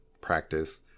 practice